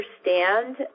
understand